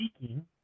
seeking